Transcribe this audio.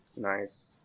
nice